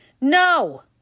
No